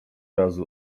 razu